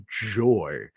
joy